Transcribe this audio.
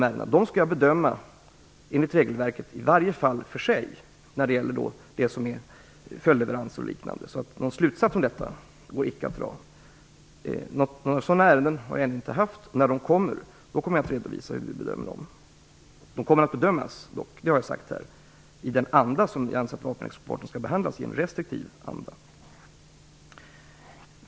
Ärendena skall jag bedöma enligt regelverket var för sig när det gäller följdleveranser och liknande. Någon slutsats av detta går alltså inte att dra. Några sådana ärenden har jag inte haft att bedöma, men när de kommer, kommer jag att redovisa hur jag bedömer dem. De kommer att bedömas, som jag sagt här, i den anda som vi anser att vapenexportärendena bör behandlas, nämligen i en restriktiv anda.